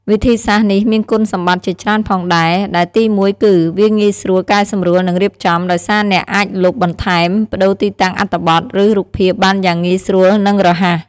វិធីសាស្ត្រនេះមានគុណសម្បត្តិជាច្រើនផងដែរ ដែលទីមួយគឺ វាងាយស្រួលកែសម្រួលនិងរៀបចំ ដោយសារអ្នកអាចលុប បន្ថែម ប្ដូរទីតាំងអត្ថបទ ឬរូបភាពបានយ៉ាងងាយស្រួល និងរហ័ស។